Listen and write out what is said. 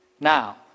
Now